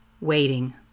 waiting